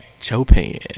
Chopin